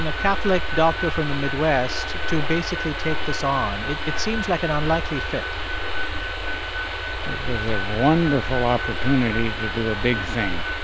you know catholic doctor from the midwest, to basically take this on? it it seems like an unlikely fit it was a wonderful opportunity to do a big thing